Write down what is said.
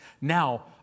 Now